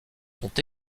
sont